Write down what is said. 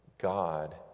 God